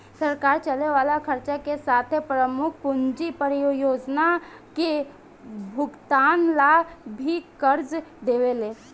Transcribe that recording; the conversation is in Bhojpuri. सरकार चले वाला खर्चा के साथे प्रमुख पूंजी परियोजना के भुगतान ला भी कर्ज देवेले